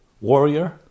warrior